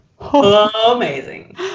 Amazing